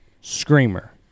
screamer